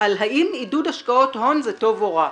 על האם עידוד השקעות הון זה טוב או רע.